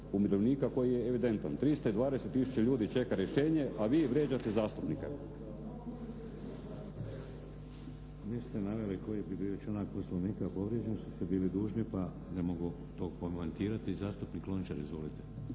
umirovljenika koji je evidentan. 320 tisuća ljudi čeka rješenje a vi vrijeđate zastupnike. **Šeks, Vladimir (HDZ)** Niste naveli koji bi bio članak Poslovnika povrijeđen što ste bili dužni pa ne mogu to komentirati. Zastupnik Lončar, izvolite.